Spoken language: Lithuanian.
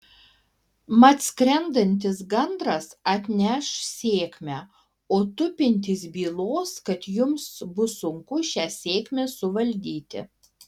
mat skrendantis gandras atneš sėkmę o tupintis bylos kad jums bus sunku šią sėkmę suvaldyti